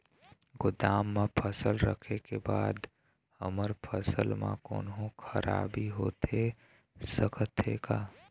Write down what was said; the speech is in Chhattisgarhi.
गोदाम मा फसल रखें के बाद हमर फसल मा कोन्हों खराबी होथे सकथे का?